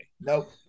Nope